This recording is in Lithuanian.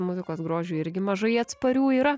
muzikos grožiui irgi mažai atsparių yra